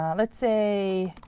let's say